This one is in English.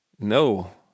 no